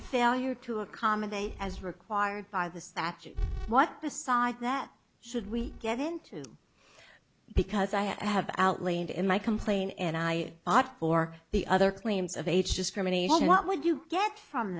failure to accommodate as required by the statute what beside that should we get into because i have outlined in my complaint and i bought for the other claims of age discrimination what would you get from